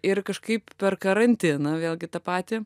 ir kažkaip per karantiną vėlgi tą patį